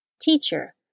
Teacher